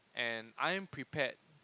and I am prepared